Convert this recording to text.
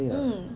mm